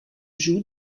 joue